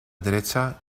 derecha